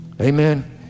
Amen